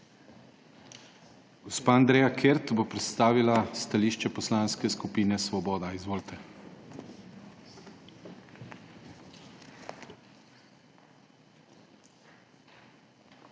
Gospa Lena Grgurevič bo predstavila stališče Poslanske skupine Svoboda. Izvolite.